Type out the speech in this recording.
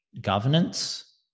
governance